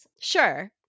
Sure